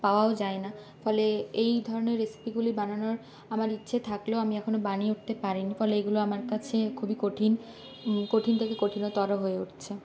পাওয়াও যায় না ফলে এই ধরনের রেসিপিগুলি বানানোর আমার ইচ্ছে থাকলেও আমি এখনও বানিয়ে উঠতে পারিনি ফলে এগুলো আমার কাছে খুবই কঠিন কঠিন থেকে কঠিনতর হয়ে উঠছে